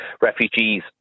refugees